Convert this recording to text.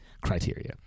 criteria